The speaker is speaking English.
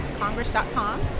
Congress.com